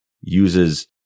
uses